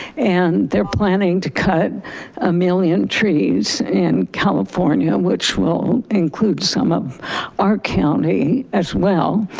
and they're planning to cut a million trees in california which will include some of our county as well.